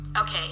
Okay